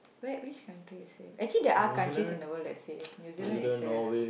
where which country is safe actually there are countries in the world that is safe New-Zealand is safe